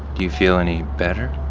you feel any better?